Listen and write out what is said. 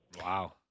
Wow